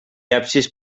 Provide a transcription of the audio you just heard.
absis